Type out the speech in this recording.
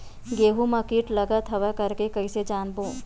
गेहूं म कीट लगत हवय करके कइसे जानबो?